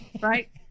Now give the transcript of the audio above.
right